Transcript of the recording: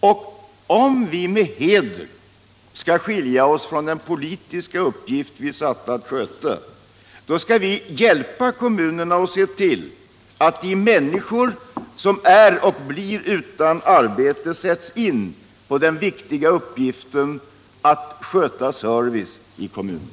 Och om vi med heder skall skilja oss från den politiska uppgift vi är satta att sköta, skall vi hjälpa kommunerna att se till att de människor som är och blir utan arbete sätts in på den viktiga uppgiften alt sköta service i kommunerna.